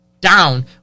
down